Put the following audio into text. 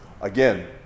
again